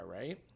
right